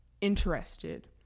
interested